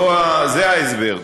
זה ההסבר.